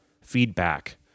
feedback